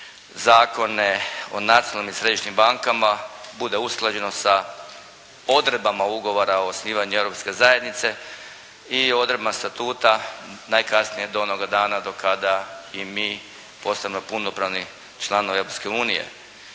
zakone o nacionalnom i središnjim bankama bude usklađeno sa odredbama Ugovora o osnivanju Europske zajednice i odredbama Statuta najkasnije do onoga dana do kada i mi postajemo punopravni članovi Europske unije.